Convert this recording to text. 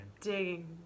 digging